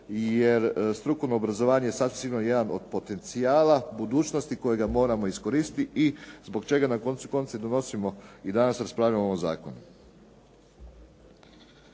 jer strukovno obrazovanje je sasvim sigurno jedan od potencijala budućnosti kojega moramo iskoristiti i zbog čega na koncu konca i donosimo i danas raspravljam o ovom zakonu.